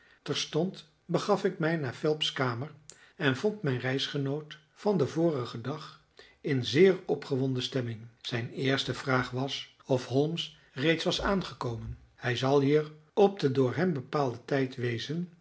terstond begaf ik mij naar phelps kamer en vond mijn reisgenoot van den vorigen dag in zeer opgewonden stemming zijn eerste vraag was of holmes reeds was aangekomen hij zal hier op den door hem bepaalden tijd wezen